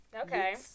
Okay